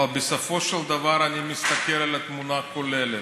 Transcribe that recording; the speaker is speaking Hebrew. אבל בסופו של דבר, אני מסתכל על התמונה הכוללת.